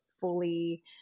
fully